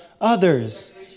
others